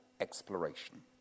exploration